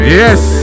yes